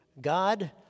god